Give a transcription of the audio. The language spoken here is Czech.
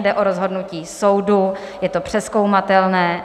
Jde o rozhodnutí soudu, je to přezkoumatelné.